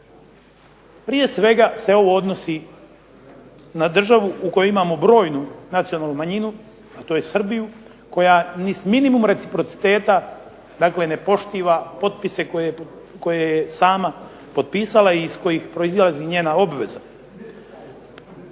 Prije svega se ovo odnosi na državu u kojoj imamo brojnu nacionalnu manjinu, a to je Srbiju, koja ni s minimum reciprociteta ne poštiva potpise koje je sama potpisala i iz kojih proizlazi njena obveza.